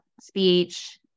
speech